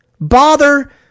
Bother